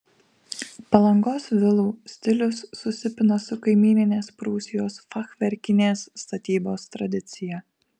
palangos vilų stilius susipina su kaimyninės prūsijos fachverkinės statybos tradicija